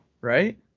right